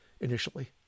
initially